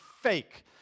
fake